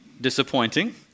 disappointing